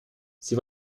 sie